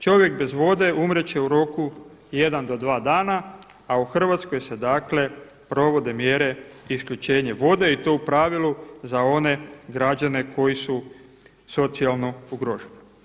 Čovjek bez vode umrijet će u roku jedan do dva dana, a u Hrvatskoj se dakle provode mjere isključenje vode i to u pravilu za one građane koji su socijalno ugroženi.